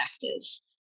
factors